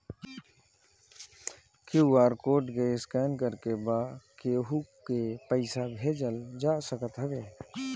QR code के scan करके बा केहू के पईसा भेजल जा सकत हवे